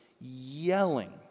yelling